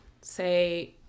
say